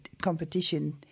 competition